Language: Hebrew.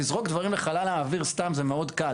לזרוק דברים לחלל האוויר סתם זה מאוד קל.